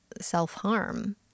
self-harm